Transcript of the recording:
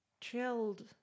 chilled